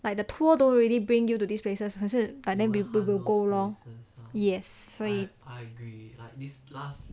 like the tour don't really bring you to these places 可是 people will go lor